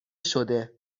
شده